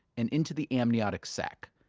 and into the amniotic sack.